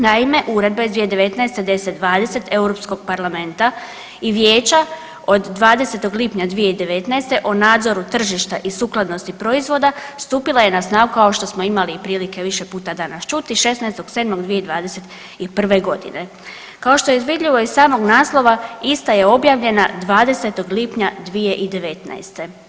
Naime, Uredba iz 2019., 1020 EU Parlamenta i Vijeća od 20. lipnja 2019. o nadzoru tržišta i sukladnosti proizvoda stupila je na snagu, kao što smo imali i prilike više puta danas čuti, 16.7.2021. g. Kao što je i vidljivo iz samog naslova, ista je objavljena 20. lipnja 2019.